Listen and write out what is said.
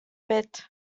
bit